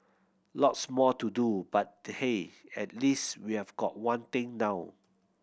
lots more to do but hey at least we have got one thing down